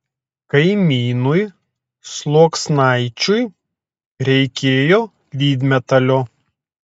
kaimynui sluoksnaičiui reikėjo lydmetalio